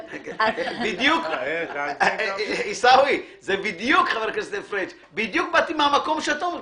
חבר הכנסת פריג', בדיוק באתי מהמקום שאתה אומר.